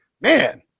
man